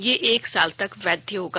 यह एक साल तक वैध होगा